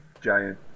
giant